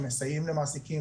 שמסייעים למעסיקים,